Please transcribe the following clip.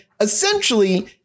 essentially